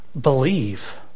Believe